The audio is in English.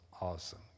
awesome